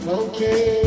okay